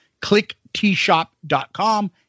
Clicktshop.com